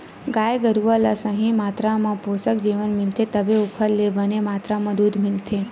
गाय गरूवा ल सही मातरा म पोसक जेवन मिलथे तभे ओखर ले बने मातरा म दूद मिलथे